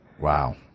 Wow